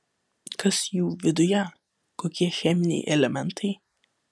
kas jų viduje kokie cheminiai elementai